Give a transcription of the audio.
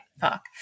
fuck